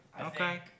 Okay